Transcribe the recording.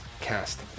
cast